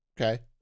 okay